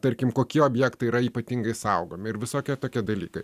tarkim kokie objektai yra ypatingai saugomi ir visokie tokie dalykai